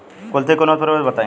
कुलथी के उन्नत प्रभेद बताई?